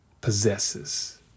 possesses